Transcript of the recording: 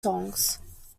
songs